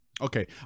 Okay